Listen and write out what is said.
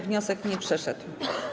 Wniosek nie przeszedł.